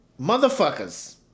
motherfuckers